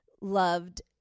loved